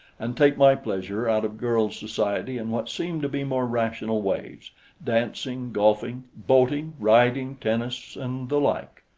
and take my pleasure out of girls' society in what seem to be more rational ways dancing, golfing, boating, riding, tennis, and the like.